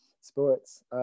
sports